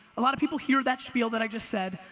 a lot of people hear that spiel that i just said,